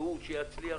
הוא שיצליח,